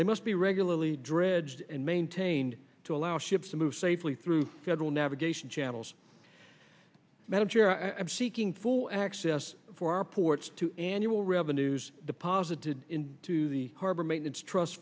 they must be regularly dredged and maintained to allow ships to move safely through federal navigation channels manager i'm seeking full access for our ports to annual revenues deposited into the harbor maintenance trust